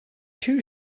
too